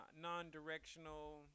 non-directional